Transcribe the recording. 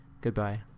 Goodbye